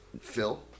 phil